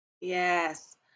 Yes